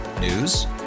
News